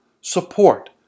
support